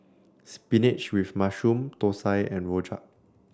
Spinach with Mushroom Thosai and Rojak